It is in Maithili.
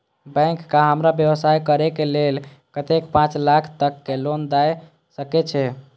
बैंक का हमरा व्यवसाय करें के लेल कतेक पाँच लाख तक के लोन दाय सके छे?